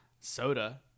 soda